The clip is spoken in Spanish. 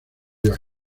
your